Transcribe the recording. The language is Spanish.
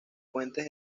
puentes